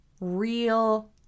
real